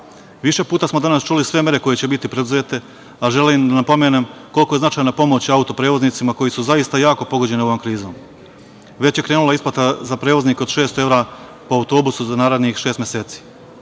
puta smo danas čuli sve mere koje će biti preduzete, a želim da napomenem koliko je značajna pomoć auto-prevoznicima koji su zaista jako pogođeni ovom krizom. Već je krenula isplata za prevoznike od 600 evra po autobusu za narednih šest meseci.